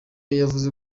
yavuze